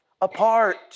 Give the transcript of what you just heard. apart